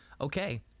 Okay